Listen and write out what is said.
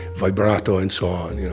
vibrato and so on. yeah